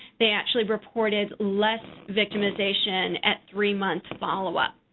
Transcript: they actually reported less victimization at three-month follow-up.